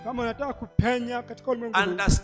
Understand